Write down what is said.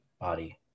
body